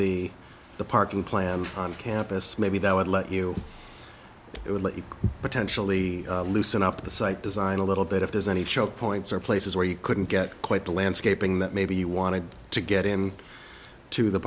the the park and plan on campus maybe that would let you know it would let you potentially loosen up the site design a little bit if there's any choke points or places where you couldn't get quite the landscaping that maybe you wanted to get him to the